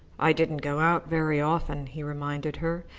i didn't go out very often, he reminded her,